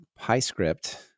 PyScript